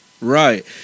Right